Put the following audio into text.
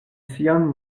sian